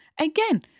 Again